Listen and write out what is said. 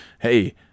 Hey